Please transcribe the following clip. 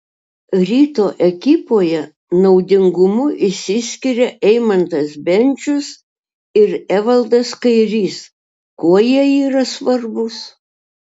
ryto ekipoje naudingumu išsiskiria eimantas bendžius ir evaldas kairys kuo jie yra svarbūs